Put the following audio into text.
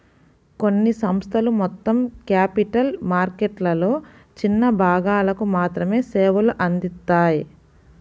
కొన్ని సంస్థలు మొత్తం క్యాపిటల్ మార్కెట్లలో చిన్న భాగాలకు మాత్రమే సేవలు అందిత్తాయి